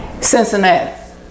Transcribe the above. Cincinnati